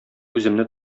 үземне